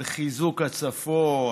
על חיזוק הצפון,